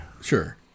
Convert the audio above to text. Sure